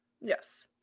Yes